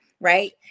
Right